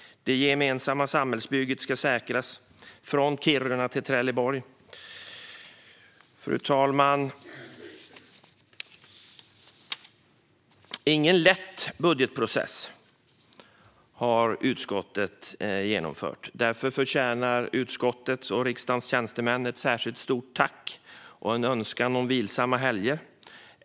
Det gemensamma samhällsbygget ska säkras, från Kiruna till Trelleborg. Fru talman! Det är ingen lätt budgetprocess som utskottet har genomfört. Därför förtjänar utskottets och riksdagens övriga tjänstemän ett särskilt stort tack och en önskan om vilsamma helger.